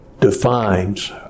defines